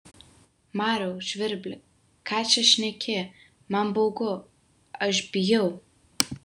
mariau žvirbli ką čia šneki man baugu aš bijau